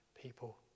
people